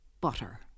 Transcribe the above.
Butter